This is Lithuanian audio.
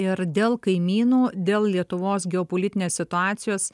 ir dėl kaimynų dėl lietuvos geopolitinės situacijos